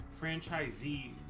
franchisee